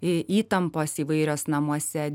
jei įtampos įvairios namuose